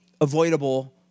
avoidable